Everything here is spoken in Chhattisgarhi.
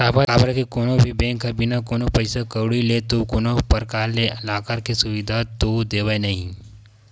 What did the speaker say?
काबर के कोनो भी बेंक ह बिना कोनो पइसा कउड़ी ले तो कोनो परकार ले लॉकर के सुबिधा तो देवय नइ